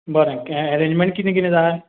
बरें कॅ एरँजमॅण किदें किदें जाय